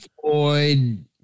Floyd